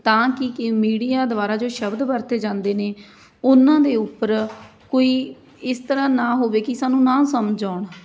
ਤਾਂ ਕਿ ਕਿ ਮੀਡੀਆ ਦੁਆਰਾ ਜੋ ਸ਼ਬਦ ਵਰਤੇ ਜਾਂਦੇ ਨੇ ਉਹਨਾਂ ਦੇ ਉੱਪਰ ਕੋਈ ਇਸ ਤਰ੍ਹਾਂ ਨਾ ਹੋਵੇ ਕਿ ਸਾਨੂੰ ਨਾ ਸਮਝ ਆਉਣ